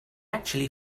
actually